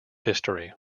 history